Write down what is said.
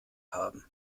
haben